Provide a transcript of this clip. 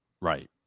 Right